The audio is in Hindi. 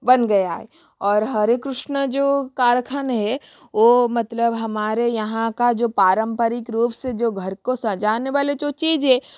बन गया है और हरे कृष्ण जो कारखाने हैं ओ मतलब हमारे यहाँ का जो पारंपरिक रूप से जो घर को सजाने वाले जो चीज़ है